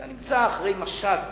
אתה נמצא אחרי משט